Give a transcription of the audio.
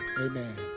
amen